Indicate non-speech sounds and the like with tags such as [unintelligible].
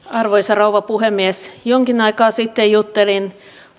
[unintelligible] arvoisa rouva puhemies jonkin aikaa sitten juttelin